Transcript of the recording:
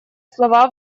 слова